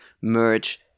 merge